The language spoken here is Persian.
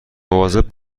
مواظب